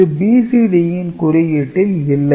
இது BCD ன் குறியீட்டில் இல்லை